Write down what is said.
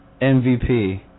MVP